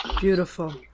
Beautiful